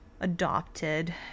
adopted